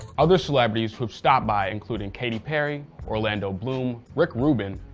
other celebrities who've stopped by including katy perry orlando bloom, rick rubin,